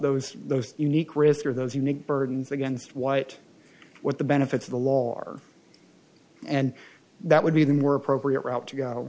hose unique risk of those unique burdens against white what the benefits of the law are and that would be the more appropriate route to go